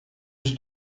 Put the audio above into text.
yüz